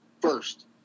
first